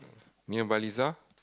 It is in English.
near Baliza